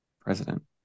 president